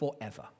forever